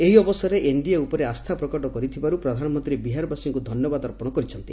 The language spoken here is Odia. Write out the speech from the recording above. ଏହି ଅବସରରେ ଏନ୍ଡିଏ ଉପରେ ଆସ୍ଥା ପ୍ରକଟ କରିଥିବାରୁ ପ୍ରଧାନମନ୍ତ୍ରୀ ବିହାରବାସୀଙ୍କୁ ଧନ୍ୟବାଦ ଅର୍ପଣ କରିଛନ୍ତି